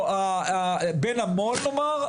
בין המו"ל נאמר,